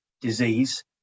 disease